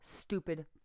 stupid